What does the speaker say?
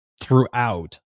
throughout